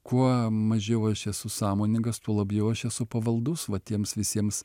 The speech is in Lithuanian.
kuo mažiau aš esu sąmoningas tuo labiau aš esu pavaldus va tiems visiems